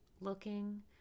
looking